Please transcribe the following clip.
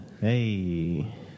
Hey